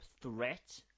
threat